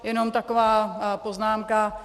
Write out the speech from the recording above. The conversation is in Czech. Jenom taková poznámka.